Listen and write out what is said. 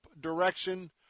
direction